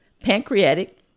pancreatic